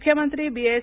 मुख्यमंत्री B S